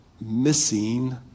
missing